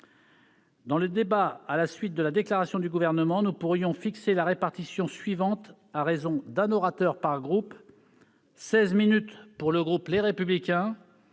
Dans le débat à la suite de la déclaration du Gouvernement, nous pourrions fixer la répartition suivante à raison d'un orateur par groupe : 16 minutes pour le groupe Les Républicains,